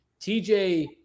TJ